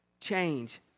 Change